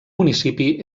municipi